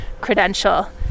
credential